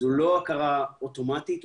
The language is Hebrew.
זו לא הכרה אוטומטית.